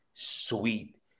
sweet